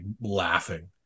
laughing